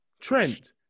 Trent